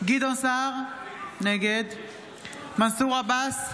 גדעון סער, נגד מנסור עבאס,